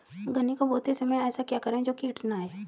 गन्ने को बोते समय ऐसा क्या करें जो कीट न आयें?